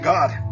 God